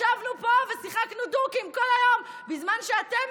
ישבנו פה ושיחקנו דוקים כל היום בזמן שאתם,